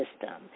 system